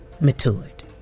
matured